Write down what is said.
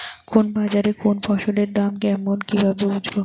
কোন বাজারে কোন ফসলের দাম কেমন কি ভাবে বুঝব?